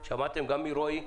שמעתם גם מרועי,